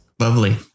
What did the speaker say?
Lovely